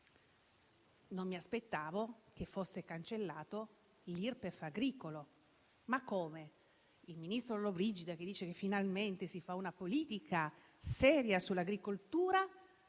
Non mi aspettavo che fosse cancellata l'Irpef agricola: ma come, il ministro Lollobrigida che dice che finalmente si fa una politica seria sull'agricoltura,